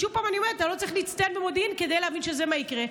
שוב אני אומרת: אתה לא צריך להצטיין במודיעין כדי להבין שזה מה שיקרה.